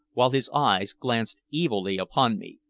while his eyes glanced evilly upon me.